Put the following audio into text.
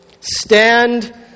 stand